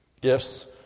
gifts